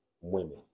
women